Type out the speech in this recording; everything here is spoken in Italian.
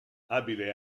abile